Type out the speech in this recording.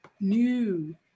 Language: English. new